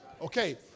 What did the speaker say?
Okay